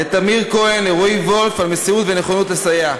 לטמיר כהן ולרועי וולף על מסירות ונכונות לסייע.